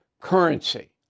currency